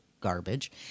garbage